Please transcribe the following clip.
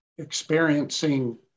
experiencing